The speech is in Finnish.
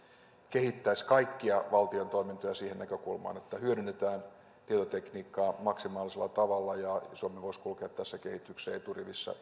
kehittäisi kaikkia valtion toimintoja siihen näkökulmaan että hyödynnetään tietotekniikkaa maksimaalisella tavalla ja suomi voisi kulkea tässä kehityksen eturivissä